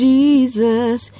Jesus